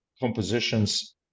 compositions